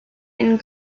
and